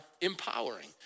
empowering